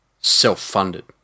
self-funded